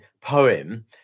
poem